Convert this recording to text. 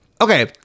Okay